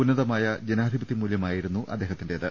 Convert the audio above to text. ഉന്നതമായ ജനാധിപത്യമൂല്യമായിരുന്നു അദ്ദേ ഹത്തിന്റേത്